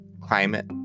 climate